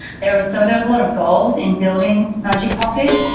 there was so there was a lot of goals in building magic pocket,